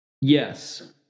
Yes